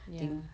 ya